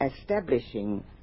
establishing